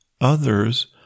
Others